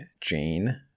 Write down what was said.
Jane